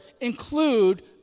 include